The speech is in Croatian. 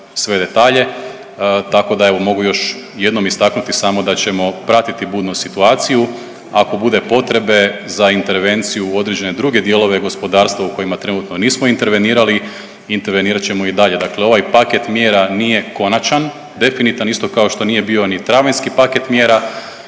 sve detalje, tako da evo mogu još jednom istaknuti damo da ćemo pratiti budno situaciju ako bude potrebe za intervenciju u određene druge dijelove gospodarstva u kojima trenutno nismo intervenirali intervenirat ćemo i dalje. Dakle, ovaj paket mjera nije konačan definitan isto kao što nije bio ni travanjski paket mjera